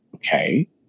Okay